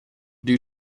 due